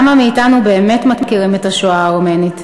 כמה מאתנו באמת מכירים את השואה הארמנית?